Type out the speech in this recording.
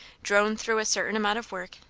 drone through a certain amount of work,